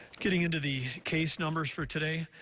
getting into the case numbers for today,